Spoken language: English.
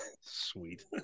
sweet